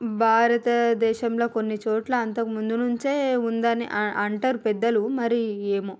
భారతదేశంలో కొన్ని చోట్ల అంతకు ముందు నుంచే ఉందని అని అంటారు పెద్దలు మరి ఏమో